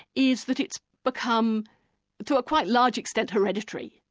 is that it's become to a quite large extent, hereditary.